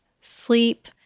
sleep